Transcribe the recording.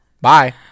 Bye